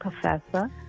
Professor